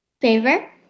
Favor